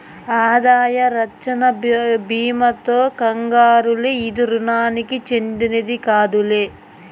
ఆదాయ రచ్చన బీమాతో కంగారేల, ఇది రుణానికి చెందినది కాదులే